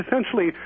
essentially